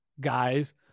guys